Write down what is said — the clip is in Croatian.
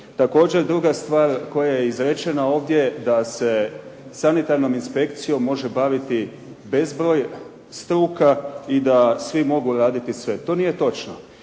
Također, druga stvar koja je izrečena ovdje da se sanitarnom inspekcijom može baviti bezbroj struka i da svi mogu raditi sve. To nije točno.